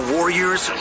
Warriors